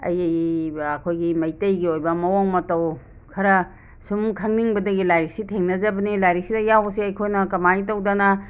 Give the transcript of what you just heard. ꯑꯏꯕ ꯑꯩꯈꯣꯏꯒꯤ ꯃꯩꯇꯩꯒꯤ ꯑꯣꯏꯕ ꯃꯋꯣꯡ ꯃꯇꯧ ꯈꯔ ꯁꯨꯝ ꯈꯪꯅꯤꯡꯕꯗꯒꯤ ꯂꯥꯏꯔꯤꯛꯁꯤ ꯊꯦꯡꯅꯖꯕꯅꯤ ꯂꯥꯏꯔꯛꯁꯤꯗ ꯌꯥꯎꯕꯁꯦ ꯑꯩꯈꯣꯏꯅ ꯀꯃꯥꯏ ꯇꯧꯗꯅ